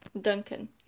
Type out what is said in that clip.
Duncan